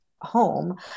home